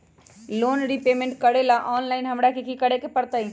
Loan repayment करेला online हमरा की करे के परतई?